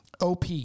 OP